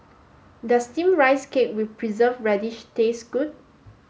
does steamed rice cake with preserved radish taste good